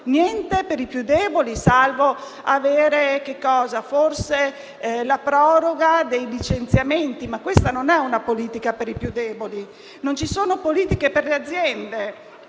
niente per i più deboli, salvo avere, forse, la proroga del divieto di licenziamento (questa, però, non è una politica per i più deboli); non ci sono politiche per le aziende: